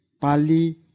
pali